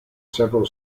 several